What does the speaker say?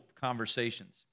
conversations